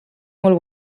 molt